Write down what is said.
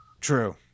True